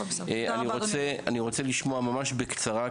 אני רוצה לשמוע ממש בקצרה,